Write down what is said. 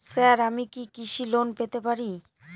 Sir আমি কি কৃষি লোন পেতে পারি?